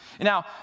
Now